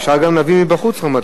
אפשר גם להביא מבחוץ רמטכ"ל.